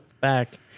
back